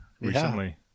recently